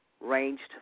ranged